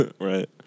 Right